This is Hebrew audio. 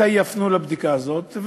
מתי יפנו לבדיקה הזאת.